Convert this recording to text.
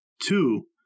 Two